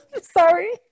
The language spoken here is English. Sorry